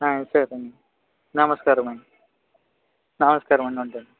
సరే అండి నమస్కారమండి నమస్కారమండి ఉంటాను